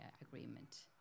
agreement